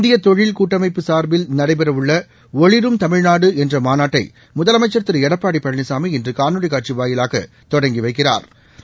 இந்திய தொழில் கூட்டமைப்பு சார்பில் நடைபெறவுள்ள ஒளிரும் தமிழ்நாடு என்ற மாநாட்டை முதலமைச்சா் திரு எடப்பாடி பழனிசாமி இன்று காணொலி காட்சி வாயிலாக தொடங்கி வைக்கிறா்